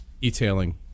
e-tailing